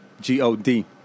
G-O-D